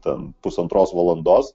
ten pusantros valandos